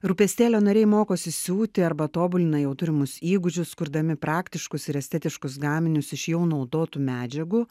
rūpestėlio nariai mokosi siūti arba tobulina jau turimus įgūdžius kurdami praktiškus ir estetiškus gaminius iš jau naudotų medžiagų